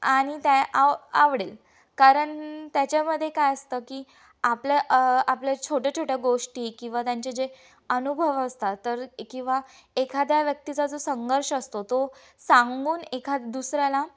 आणि त्या आव आवडेल कारण त्याच्यामध्ये काय असतं की आपल्या आपल्या छोट्या छोट्या गोष्टी किंवा त्यांचे जे अनुभव असतात तर किंवा एखाद्या व्यक्तीचा जो संघर्ष असतो तो सांगून एखाद दुसऱ्याला